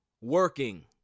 working